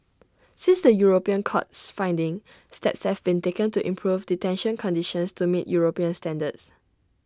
since the european court's findings steps have been taken to improve detention conditions to meet european standards